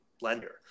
lender